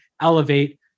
elevate